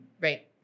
Right